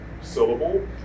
syllable